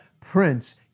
Prince